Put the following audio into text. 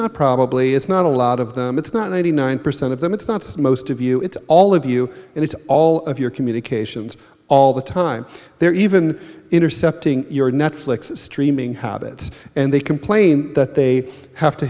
not probably it's not a lot of them it's not ninety nine percent of them it's not just most of you it's all of you and it's all of your communications all the time they're even intercepting your netflix streaming habits and they complain that they have to